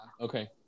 Okay